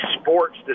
sports